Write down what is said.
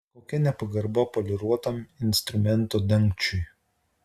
kokia nepagarba poliruotam instrumento dangčiui